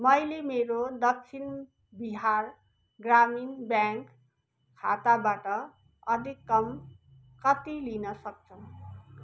मैले मेरो दक्षिण बिहार ग्रामीण ब्याङ्क खाताबाट अधिकतम कति लिन सक्छु